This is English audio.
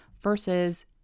versus